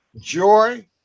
joy